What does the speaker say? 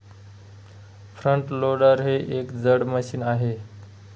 front loader हे एक जड मशीन आहे